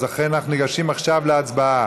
אז אנחנו ניגשים עכשיו להצבעה.